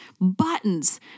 buttons